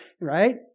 Right